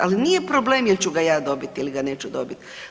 Ali nije problem jel ću ga ja dobiti ili ga neću dobiti.